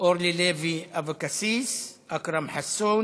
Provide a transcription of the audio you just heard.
אורלי לוי אבקסיס, אכרם חסון